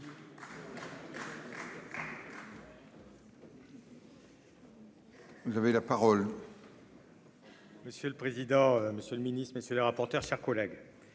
Vous avez la parole.